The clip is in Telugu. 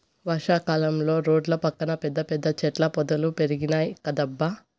వర్షా కాలంలో రోడ్ల పక్కన పెద్ద పెద్ద చెట్ల పొదలు పెరిగినాయ్ కదబ్బా